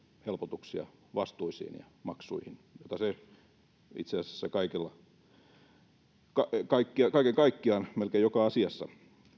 helpotuksia vastuisiin ja maksuihin mitä tuo puolue itse asiassa kaiken kaikkiaan melkein joka asiassa